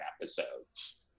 episodes